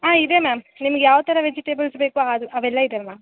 ಹಾಂ ಇದೆ ಮ್ಯಾಮ್ ನಿಮ್ಗೆ ಯಾವ ಥರ ವೆಜೆಟೇಬಲ್ಸ್ ಬೇಕೋ ಅದು ಅವೆಲ್ಲ ಇದಾವೆ ಮ್ಯಾಮ್